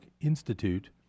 Institute